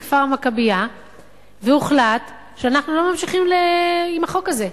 בכפר-המכבייה והוחלט שאנחנו לא ממשיכים עם החוק הזה.